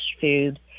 food